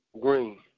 green